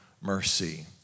mercy